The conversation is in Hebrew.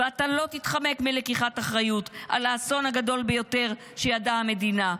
ואתה לא תתחמק מלקיחת אחריות על האסון הגדול ביותר שידעה המדינה.